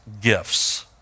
gifts